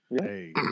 hey